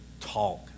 talk